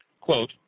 Quote